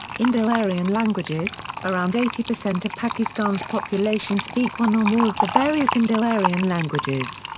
indo-aryan languages around eighty percent of pakistan's population speak one or more of the various indo-aryan languages.